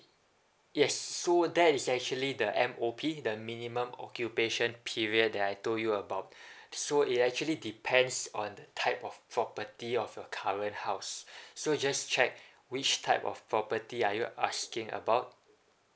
yes so that is actually the M_O_P the minimum occupation period that I told you about so it actually depends on the type of property of your current house so I just check which type of property are you asking about